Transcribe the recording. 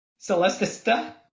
Celestista